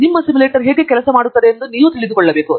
ನಿಮ್ಮ ಸಿಮ್ಯುಲೇಟರ್ ಹೇಗೆ ಕೆಲಸ ಮಾಡುತ್ತದೆಂದು ನೀವು ತಿಳಿದುಕೊಳ್ಳಬೇಕು